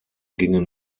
gingen